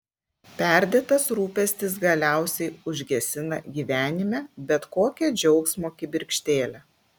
perdėtas rūpestis galiausiai užgesina gyvenime bet kokią džiaugsmo kibirkštėlę